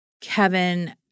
Kevin